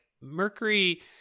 Mercury